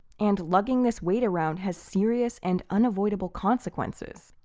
and lugging this weight around has serious and unavoidable consequences.